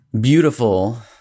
beautiful